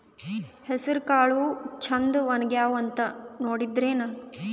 ಹೆಸರಕಾಳು ಛಂದ ಒಣಗ್ಯಾವಂತ ನೋಡಿದ್ರೆನ?